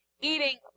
eating